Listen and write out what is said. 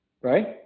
right